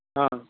అవును